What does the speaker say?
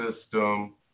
system